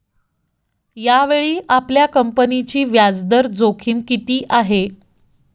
यावेळी आपल्या कंपनीची व्याजदर जोखीम किती आहे?